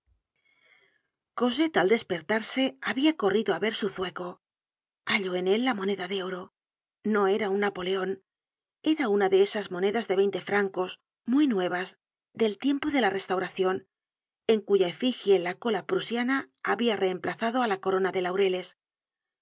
cosette al despertarse habia corrido á ver su zueco halló en él la moneda de oro no era un napoleon era una de esas monedas de veinte francos muy nuevas del tiempo de la restauracion en cuya efigie la cola prusiana habia reemplazado á la corona de laureles